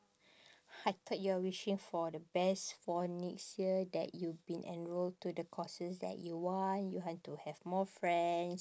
I thought you're wishing for the best for next year that you've been enrol to the courses that you want you want to have more friends